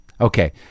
Okay